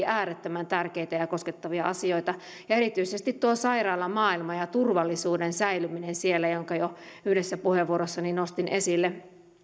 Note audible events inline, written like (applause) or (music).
(unintelligible) äärettömän tärkeitä ja koskettavia asioita erityisesti sairaalamaailma ja turvallisuuden säilyminen siellä jonka jo yhdessä puheenvuorossani nostin esille